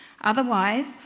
otherwise